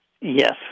Yes